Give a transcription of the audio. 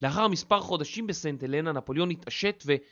לאחר מספר חודשים בסנטלנה, נפוליאון מתעשת ו...